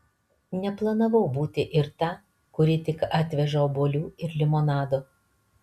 neplanavau būti ir ta kuri tik atveža obuolių ir limonado